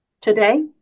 today